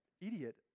Idiot